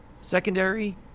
Secondary